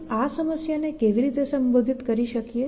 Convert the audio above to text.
આપણે આ સમસ્યાને કેવી રીતે સંબોધિત કરી શકીએ